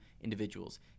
individuals